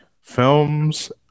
films